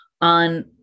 on